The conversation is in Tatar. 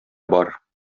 бар